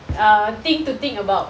uh thing to think about